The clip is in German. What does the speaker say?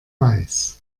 weiß